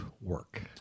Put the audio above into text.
work